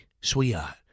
sweetheart